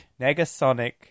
Negasonic